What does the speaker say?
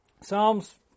psalms